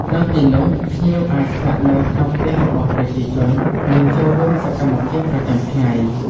នៅទីនោះ ភ្ញៀវអាចស្នាក់នៅក្នុងផ្ទះរបស់ប្រជាជន និងចូលរួមសកម្មភាពប្រចាំថ្ងៃ។